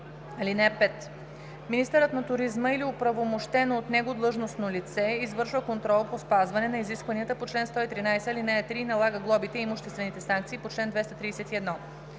и 7: „(5) Министърът на туризма или оправомощено от него длъжностно лице извършва контрол по спазване на изискванията по чл. 113, ал. 3 и налага глобите и имуществените санкции по чл. 231.